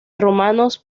romanos